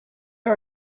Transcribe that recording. are